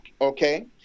okay